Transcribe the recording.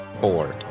four